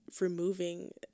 removing